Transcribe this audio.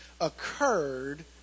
occurred